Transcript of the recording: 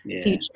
teacher